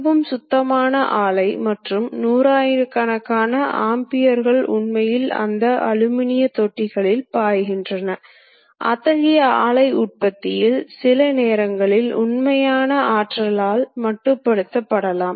நீங்கள் தொடக்க ஒருங்கிணைப்பு இறுதி ஒருங்கிணைப்பு மையத்தின் ஒருங்கிணைப்பு அல்லது மாறாக தூரம் ஆகியவற்றை கொடுக்க வேண்டும்